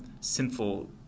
sinful